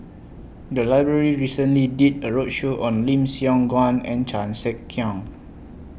The Library recently did A roadshow on Lim Siong Guan and Chan Sek Keong